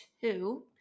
two